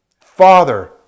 Father